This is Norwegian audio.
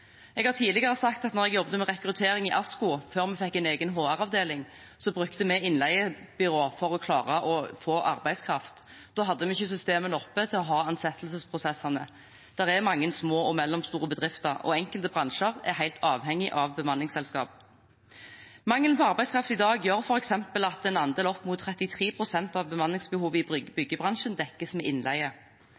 Jeg har tidligere sagt at da jeg jobbet med rekruttering i ASKO, før vi fikk en egen HR-avdeling, brukte vi innleiebyrå for å klare å få arbeidskraft. Da hadde vi ikke systemene oppe til å ha ansettelsesprosessene. Det er mange små og mellomstore bedrifter, og enkelte bransjer er helt avhengige av bemanningsselskap. Mangel på arbeidskraft i dag gjør f.eks. at en andel opp mot 33 pst. av bemanningsbehovet i byggebransjen dekkes ved innleie.